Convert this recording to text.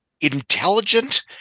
intelligent